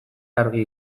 argi